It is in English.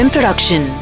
Production